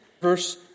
verse